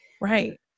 Right